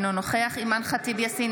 אינו נוכח אימאן ח'טיב יאסין,